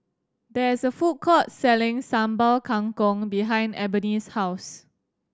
there is a food court selling Sambal Kangkong behind Ebony's house